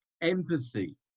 empathy